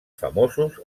famosos